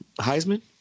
Heisman